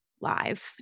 live